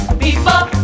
people